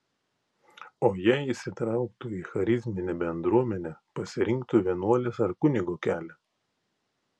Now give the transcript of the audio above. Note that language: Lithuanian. o jei įsitrauktų į charizminę bendruomenę pasirinktų vienuolės ar kunigo kelią